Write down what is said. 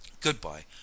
Goodbye